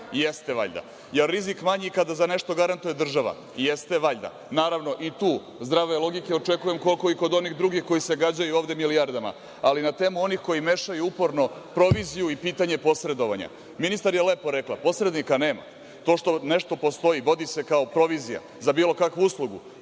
Jeste valjda. Jel rizik manji kada za nešto garantuje država? Jeste valjda. Naravno, i tu zdrave logike očekujem koliko i kod drugih koji se gađaju ovde milijardama, ali na temu onih koji mešaju uporno proviziju i pitanje posredovanja. Ministar je lepo rekla, posrednika nema, to što nešto postoji vodi se kao provizija za bilo kakvu uslugu.